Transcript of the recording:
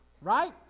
right